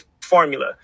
formula